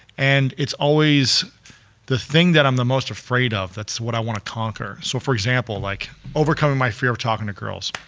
and it's always the thing that i'm most afraid of, that's what i wanna conquer. so, for example like overcoming my fear of talking to girls.